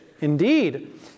indeed